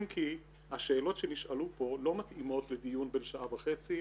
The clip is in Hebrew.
אם כי השאלות שנשאלו פה לא מתאימות לדיון בן שעה וחצי.